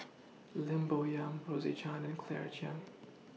Lim Bo Yam Rose Chan and Claire Chiang